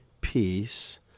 peace